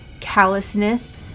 callousness